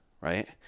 right